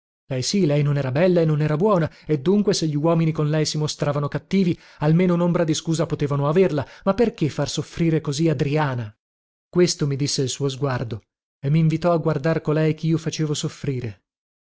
lei sì lei non era bella e non era buona e dunque se gli uomini con lei si mostravano cattivi almeno unombra di scusa potevano averla ma perché far soffrire così adriana questo mi disse il suo sguardo e minvitò a guardar colei chio facevo soffrire